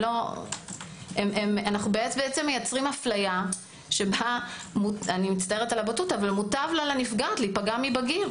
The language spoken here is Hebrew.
אנו מייצרים אפליה שבה מוטב לה לנפגעת להיפגע מבגיר